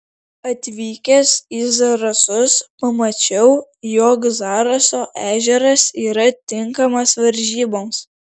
atvykęs į zarasus pamačiau jog zaraso ežeras yra tinkamas varžyboms